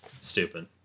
Stupid